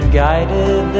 guided